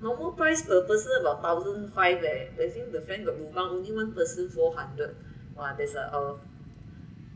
normal price per person about thousand five leh I think the friend got lobang only one person four hundred !wah! there's a o~